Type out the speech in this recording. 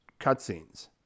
cutscenes